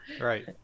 Right